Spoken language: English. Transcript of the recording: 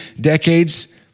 decades